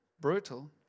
Brutal